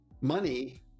money